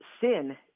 sin